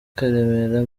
karemera